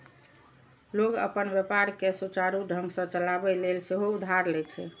लोग अपन व्यापार कें सुचारू ढंग सं चलाबै लेल सेहो उधार लए छै